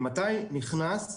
ממתי נכנס בתקנות,